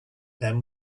them